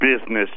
business